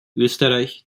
österreich